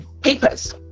Papers